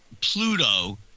Pluto